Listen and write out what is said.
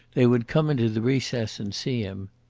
they would come into the recess and see him.